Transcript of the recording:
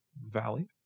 Valley